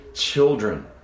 children